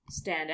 standout